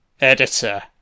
editor